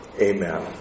Amen